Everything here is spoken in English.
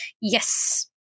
Yes